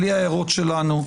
בלי הערותינו,